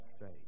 faith